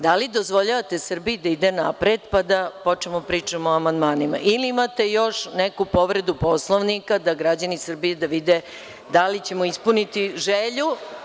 Da li dozvoljavate Srbiji da ide napred, pa da počnemo da pričamo o amandmanima ili imate još neku povredu Poslovnika, da građani Srbije vide da li ćemo ispuniti želju.